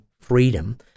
freedom